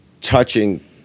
touching